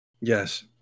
Yes